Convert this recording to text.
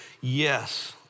Yes